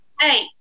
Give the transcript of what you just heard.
Hey